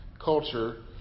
culture